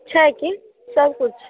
छै कि सभ किछु